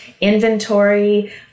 inventory